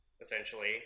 essentially